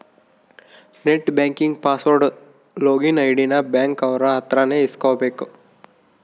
net banking password login ID ನ bank ಅವ್ರ ಅತ್ರ ನೇ ಇಸ್ಕಬೇಕು